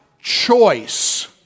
choice